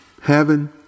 heaven